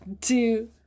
two